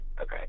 okay